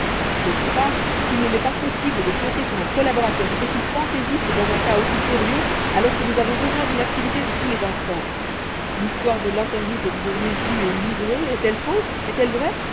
d'autre part il ne m'est pas possible de compter sur un collaborateur aussi fantaisiste dans un cas aussi sérieux alors que nous avons besoin d'une activité de tous les instants l'histoire de l'interview que vous auriez eue et livrée est-elle fausse est-elle vraie